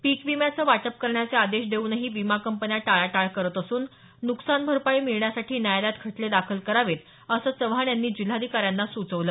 पिक विम्याचं वाटप करण्याचे आदेश देऊनही विमा कंपन्या टाळाटाळ करत असून नुकसान भरपाई मिळण्यासाठी न्यायालयात खटले दाखल करावेत असं चव्हाण यांनी जिल्हाधिकाऱ्यांना सुचवलं